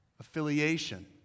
Affiliation